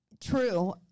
True